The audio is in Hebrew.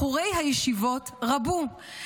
בחורי הישיבות רבו.